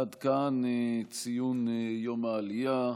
עד כאן ציון יום העלייה.